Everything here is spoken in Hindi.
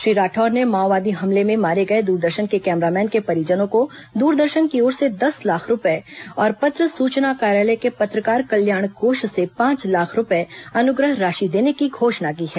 श्री राठौर ने माओवादी हमले में मारे गए दूरदर्शन के कैमरामैन के परिजनों को द्रदर्शन की ओर से दस लाख रूपये और पत्र सूचना कार्यालय के पत्रकार कल्याण कोष से पांच लाख रूपये अनुग्रह राशि देने की घोषणा की है